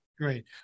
Great